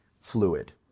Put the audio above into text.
fluid